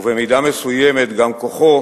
ובמידה מסוימת גם כוחו